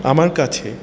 আমার কাছে